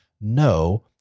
No